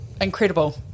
incredible